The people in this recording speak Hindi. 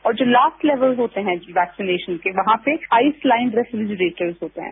और जो लास्ट लेवल होते हैं वैक्सीनेशन के वहां पर आइसलाइन रेफ्रीजरेटर होते हैं